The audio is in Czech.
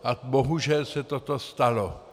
A bohužel se toto stalo.